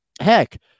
heck